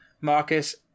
marcus